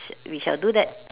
sh~ we shall do that